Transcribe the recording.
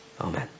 Amen